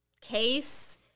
case